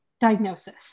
diagnosis